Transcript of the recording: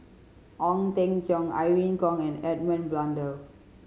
Ong Teng Cheong Irene Khong and Edmund Blundell